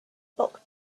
bock